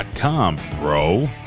bro